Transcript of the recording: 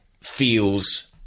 feels